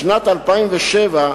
בשנת 2007,